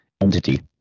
entity